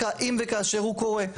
אם וכאשר הוא קורה.